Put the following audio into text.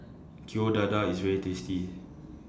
Kueh Dadar IS very tasty